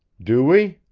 do we?